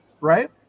right